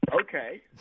okay